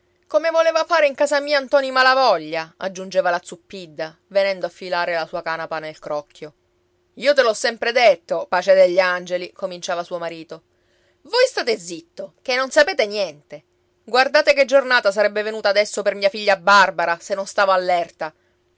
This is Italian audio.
come voleva fare in casa mia ntoni malavoglia aggiungeva la zuppidda venendo a filare la sua canapa nel crocchio io te l'ho sempre detto pace degli angeli cominciava suo marito voi state zitto che non sapete niente guardate che giornata sarebbe venuta adesso per mia figlia barbara se non stavo